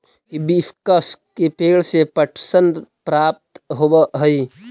hibiscus के पेंड़ से पटसन प्राप्त होव हई